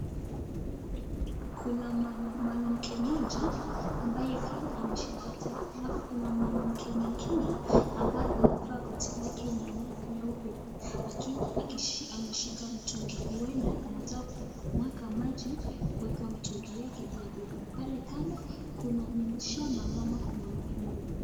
Kuna mwanamke moja ambaye pale ameshika taa. Alafu kuna mwanamke mwingine ambaye amevaa koti lake nyeupe akiwa ameshika mtungi uenda anataka kumwanga maji kuweka mtungi yake ili abebe, pale kando kuna shamba ambako kuna mahindi.